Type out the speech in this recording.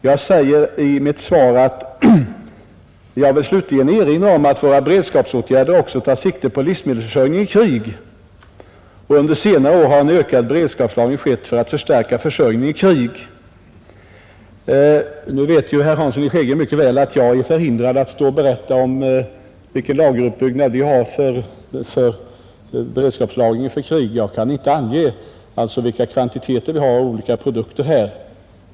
Jag säger i mitt svar bl.a.: ”Jag vill slutligen erinra om att våra beredskapsåtgärder också tar sikte på livsmedelsförsörjningen i krig. Under senare år har en ökad beredskapslagring skett för att förstärka försörjningen i krig.” Nu vet herr Hansson mycket väl att jag är förhindrad att stå här och berätta om vilken lageruppbyggnad vi har för beredskapslagring för krig. Jag kan alltså inte ange vilka kvantiteter vi har av olika produkter.